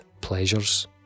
pleasures